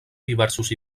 diversos